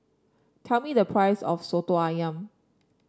tell me the price of soto ayam